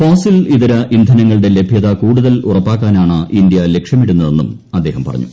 fossil ഇതര ഇന്ധനങ്ങളുടെ ലഭ്യത കൂടുതൽ ഉറപ്പാക്കാനാണ് ഇന്ത്യ ലക്ഷ്യമിടുന്നതെന്നും അദ്ദേഹം പറഞ്ഞു